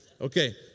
Okay